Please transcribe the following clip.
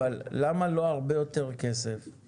למה לא הרבה יותר כסף,